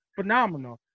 phenomenal